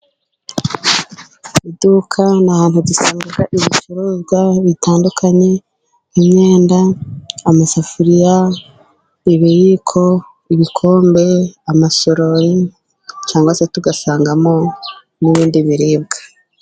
Iduka ni ahantu dusanga ibicuruzwa bitandukanye: imyenda, amasafuriya, ibiyiko, ibikombe, amasorori, cyangwa se tugasangamo n'ibindi biribwa.